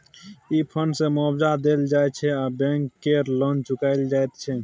ई fund सँ मुआबजा देल जाइ छै आ बैंक केर लोन चुकाएल जाइत छै